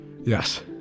Yes